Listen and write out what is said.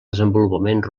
desenvolupament